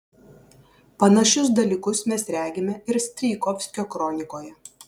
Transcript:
panašius dalykus mes regime ir strijkovskio kronikoje